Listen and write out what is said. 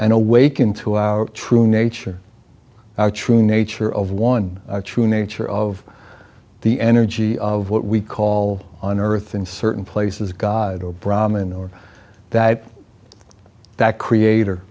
and awaken to our true nature our true nature of one true nature of the energy of what we call on earth in certain places god or brahman or that that creator